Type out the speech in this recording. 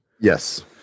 Yes